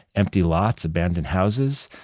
empty lots, abandoned houses,